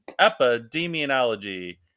Epidemiology